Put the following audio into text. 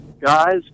Guys